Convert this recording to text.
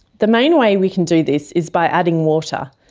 the main way we can do this is by adding water.